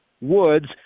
woods